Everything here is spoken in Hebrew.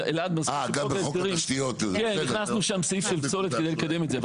כן, הכנסנו שם סעיף של פסולת כדי לקדם את זה.